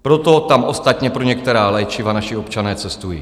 Proto tam ostatně pro některá léčiva naši občané cestují.